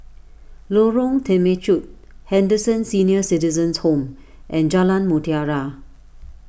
Lorong Temechut Henderson Senior Citizens' Home and Jalan Mutiara